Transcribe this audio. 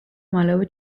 მალევე